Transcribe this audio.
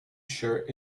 shirt